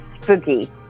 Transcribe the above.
spooky